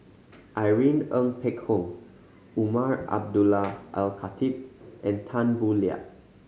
Irene Ng Phek Hoong Umar Abdullah Al Khatib and Tan Boo Liat